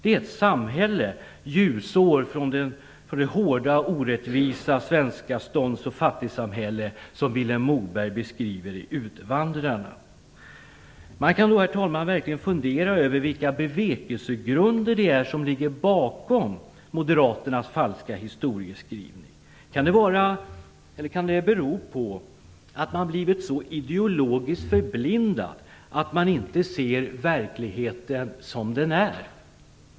Det är ett samhälle ljusår från det hårda orättvisa svenska stånds och fattigsamhälle som Vilhelm Moberg beskriver i Utvandrarna. Man kan, herr talman, verkligen fundera över vilka bevekelsegrunder som ligger bakom Moderaternas falska historieskrivning. Kan den bero på att man blivit så ideologiskt förblindad att man inte ser verkligheten som den är?